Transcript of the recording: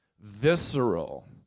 visceral